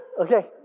Okay